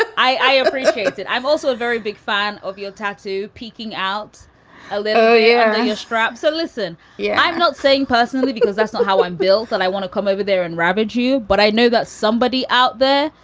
but i i appreciate that. i'm also a very big fan of your tattoo peeking out a leather yeah strap so, listen, yeah i'm not saying personally, because that's not how i'm built and i want to come over there and ravage you. but i know that somebody out there,